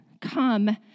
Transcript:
come